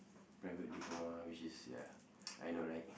private diploma which is ya I know right